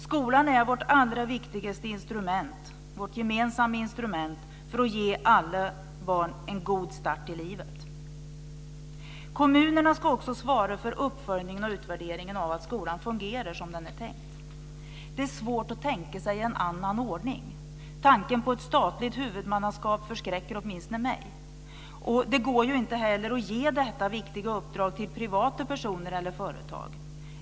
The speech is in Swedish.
Skolan är vårt allra viktigaste gemensamma instrument för att ge alla barn en god start i livet. Kommunerna ska också svara för uppföljningen och utvärderingen av att skolan fungerar som den är tänkt. Det är svårt att tänka sig en annan ordning. Tanken på ett statligt huvudmannaskap förskräcker åtminstone mig, och det går inte heller att ge detta viktiga uppdrag till privata personer eller företag.